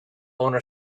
owner